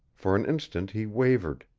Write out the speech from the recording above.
for an instant he wavered.